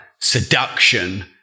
seduction